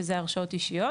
שזה הרשאות אישיות.